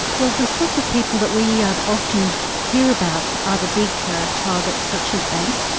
well the sorts of people that we um often hear about are the big targets, such as banks,